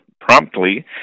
promptly